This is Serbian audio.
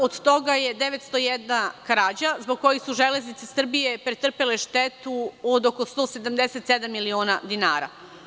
Od toga je 901 krađa zbog koje su „Železnice Srbije“ pretrpele štetu od oko 177 miliona dinara.